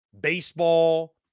baseball